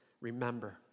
Remember